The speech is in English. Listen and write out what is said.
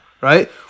right